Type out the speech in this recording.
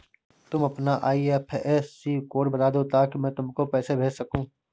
तुम अपना IFSC code बता दो ताकि मैं तुमको पैसे भेज सकूँ